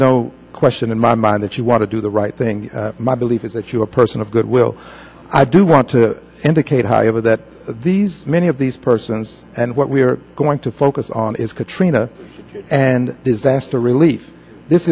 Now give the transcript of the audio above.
no question in my mind that you want to do the right thing my belief is that you are a person of goodwill i do want to indicate however that these many of these persons and what we are going to focus on is katrina and disaster relief this